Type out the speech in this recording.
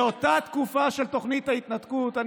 באותה תקופה של תוכנית ההתנתקות אני